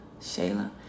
Shayla